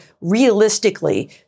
realistically